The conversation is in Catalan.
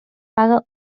paga